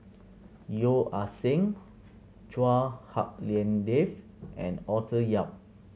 Yeo Ah Seng Chua Hak Lien Dave and Arthur Yap